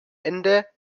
ende